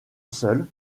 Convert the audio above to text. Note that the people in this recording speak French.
seul